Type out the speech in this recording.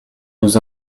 nous